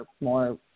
more